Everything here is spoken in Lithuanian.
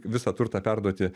visą turtą perduoti